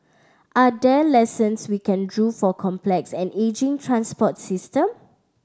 are there lessons we can draw for complex and ageing transport system